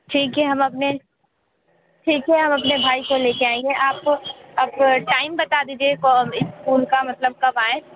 ठीक है हम अपने ठीक है हम अपने भाई को ले के आएंगे आप आप टाइम बता दीजिए स्कूल का मतलब कब आएँ